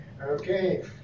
okay